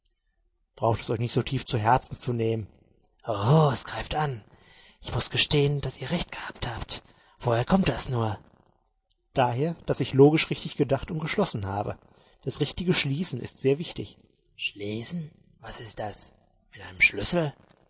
braucht es euch nicht so tief zu herzen zu nehmen oho es greift an ich muß gestehen daß ihr recht gehabt habt woher kommt das nur daher daß ich logisch richtig gedacht und geschlossen habe das richtige schließen ist sehr wichtig schließen was ist das mit einem schlüssel